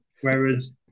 Whereas